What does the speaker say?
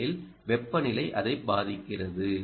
ஏனெனில் வெப்பநிலை அதை பாதிக்கிறது